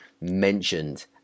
mentioned